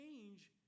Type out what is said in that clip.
change